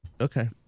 Okay